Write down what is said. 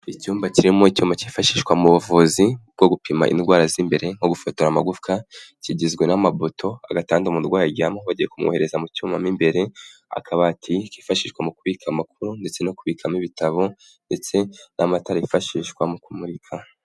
Icyumba kirimo icyuma cyifashishwa mu buvuzi bwo gupima indwara z'imbere nko gufotora amagufwa kigizwe n'amambuto ,agatanga umurwayi aryamamo bagiye kumwohereza mu cyuma mu imbere akabati kifashishwa mu kubika amakuru ndetse no kubikamo ibitabo ndetse n'amatara yifashishwa mu kumurika.